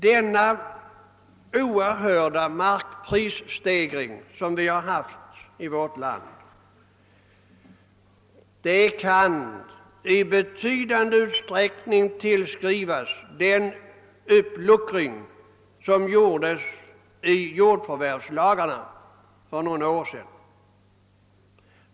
Den oerhörda markprisstegring som ' skett i vårt land kan i betydande utsträckning tillskrivas den uppluckring av jordförvärvslagen som gjordes för några år sedan.